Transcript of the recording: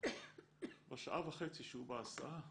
בשעה וחצי שהוא בהסעה